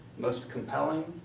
most compelling.